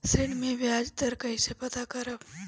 ऋण में बयाज दर कईसे पता करब?